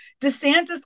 DeSantis